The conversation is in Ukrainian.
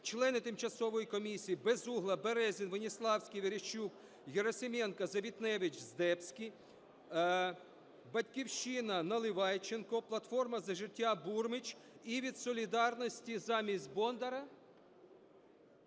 члени тимчасової комісії: Безугла, Березін, Веніславський, Верещук, Герасименко, Завітневич, Здебський, "Батьківщина" – Наливайченко, "платформа – За життя" – Бурміч і від "Солідарності" замість Бондаря…